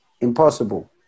Impossible